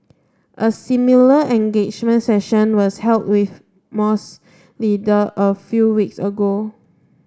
a similar engagement session was held with moss leader a few weeks ago